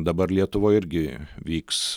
dabar lietuvoj irgi vyks